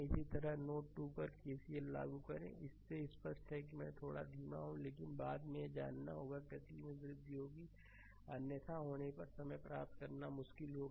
इसी तरह नोड 2 पर केसीएल लागू करें इसे स्पष्ट करें अब मैं थोड़ा धीमा हूं लेकिन बाद में यह जानना होगा कि गति में वृद्धि होगी अन्यथा होने पर समय प्राप्त करना मुश्किल होगा